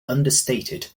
understated